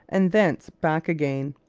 and thence back again.